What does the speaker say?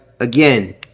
Again